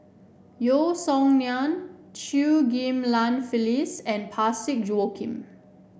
Yeo Song Nian Chew Ghim Lian Phyllis and Parsick Joaquim